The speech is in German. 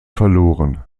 verloren